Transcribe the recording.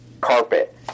carpet